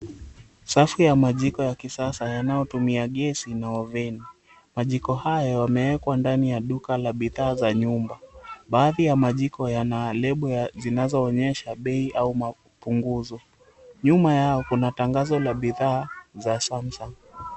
Safu ya majiko ya kisasa yanayotumia gesi na oveni. Majiko hayo yamewekwa ndani ya duka la bidhaa za nyumba. Baadhi ya majiko yana lebo ya zinazoonyesha bei au mapunguzo. Nyuma yao kuna tangazo la bidhaa za Samsung.